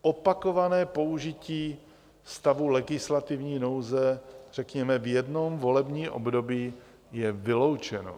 Opakované použití stavu legislativní nouze, řekněme, v jednom volebním období je vyloučeno.